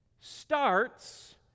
starts